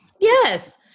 Yes